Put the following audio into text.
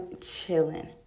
chilling